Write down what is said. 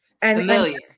Familiar